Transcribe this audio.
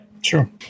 Sure